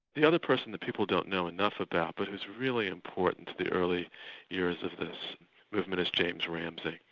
the other person that people don't know enough about but who's really important to the early years of this movement, is james ramsey,